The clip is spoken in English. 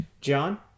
John